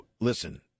listen